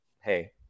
Hey